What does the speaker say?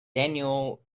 daniel